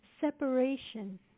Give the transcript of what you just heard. separation